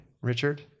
Richard